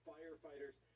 Firefighters